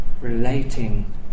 relating